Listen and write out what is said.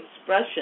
expression